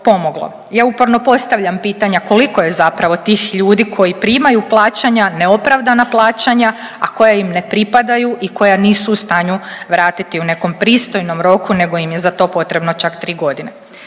Ja uporno postavljam pitanja koliko je zapravo tih ljudi koji primaju plaćanja, neopravdana plaćanja, a koja im ne pripadaju i koja nisu u stanju vratiti u nekom pristojnom roku nego im je za to potrebno čak 3 godine,